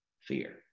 Fear